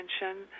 attention